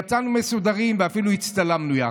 יצאנו מסודרים ואפילו הצטלמנו יחד.